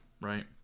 Right